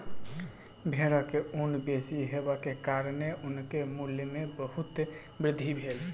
भेड़क ऊन बेसी हेबाक कारणेँ ऊनक मूल्य में बहुत वृद्धि भेल